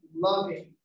loving